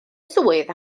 swydd